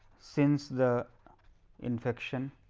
since the infection,